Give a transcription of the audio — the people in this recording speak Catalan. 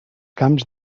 camps